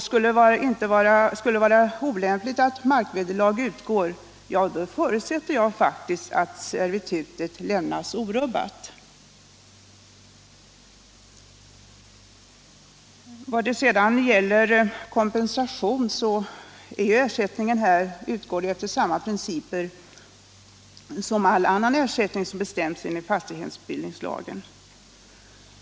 Skulle det vara olämpligt att markvederlag utgår, förutsätter jag faktiskt att servitutet lämnas orubbat. Vad sedan gäller frågan om kompensation utgår ersättningen efter samma principer som gäller för all annan ersättning som bestäms enligt fastighetsbildningslagen.